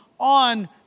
On